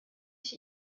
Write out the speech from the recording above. ich